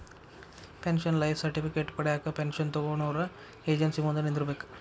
pension life certificate ಪಡ್ಯಾಕ pension ತೊಗೊನೊರ agency ಮುಂದ ನಿಂದ್ರಬೇಕ್